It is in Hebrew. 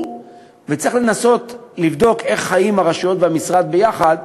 וצריך לבדוק איך חיים הרשויות והמשרד יחד,